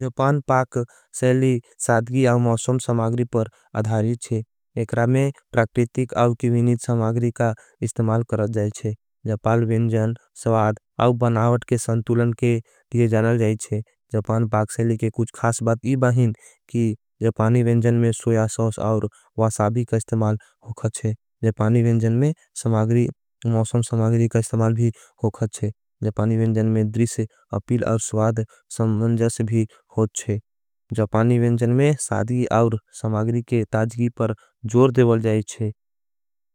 जपान पाक सेली साद्गी आव मौसों समागरी पर अधारीच्छे। एकरा में प्रक्रितिक आव किविनीच समागरी का इस्तेमाल कर जाएच्छे। जपाल विन्जन, स्वाद आव बनावट के संतुलन के तिरे जानल जाएच्छे। जपान पाक सेली के कुछ खास बात इबाहिन कि जपानी विन्जन में सोया सौस और वासाबी का इस्तेमाल होगाच्छे। जपानी विन्जन में समागरी, मौसों समागरी का इस्तेमाल भी होगाच्छे। जपानी विन्जन में द्री से अपिल और स्वाध सम्मन्जा से भी होच्छे। जपानी विन्जन में साधी और समागरी के ताज़गी पर जोर देवल जाएच्छे।